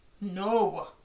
no